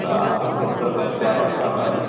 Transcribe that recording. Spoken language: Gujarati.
સારું ડૉક્ટર સાહેબ ચાર વાગ્યે આવે હેેં ને